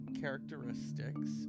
characteristics